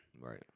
right